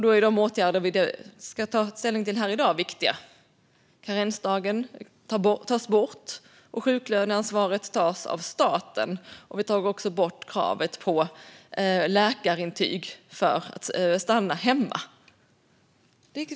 Då är de åtgärder vi ska ta ställning till här i dag viktiga. Karensdagen tas bort, och sjuklöneansvaret tas av staten. Vi tar också bort kravet på läkarintyg för att stanna hemma.